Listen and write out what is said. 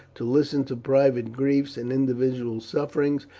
to listen to private griefs and individual suffering,